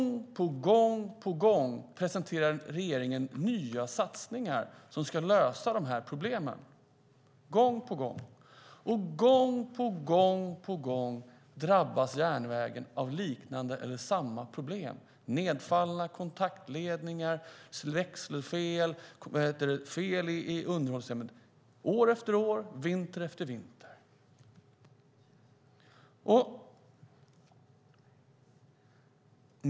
Gång på gång presenterar regeringen nya satsningar som ska lösa problemen. Och gång på gång drabbas järnvägen av liknande eller samma problem - nedfallna kontaktledningar, växelfel, fel i underhållsarbetet. Det händer år efter år, vinter efter vinter.